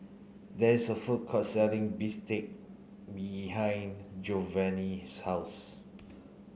there is a food court selling bistake behind Jovani's house